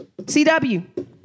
CW